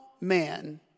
man